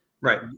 Right